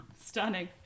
stunning